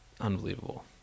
Unbelievable